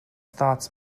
thoughts